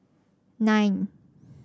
nine